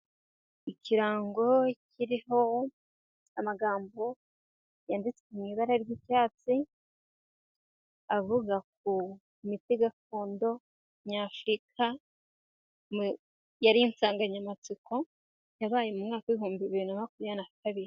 Ikirango kiriho amagambo yanditse mu ibara ry'icyatsi avuga ku miti gakondo Nyafurika, yari insanganyamatsiko yabaye mu mwaka w'ibihumbi bibiri na makumyabiri na kabiri.